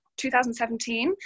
2017